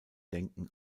denken